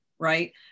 Right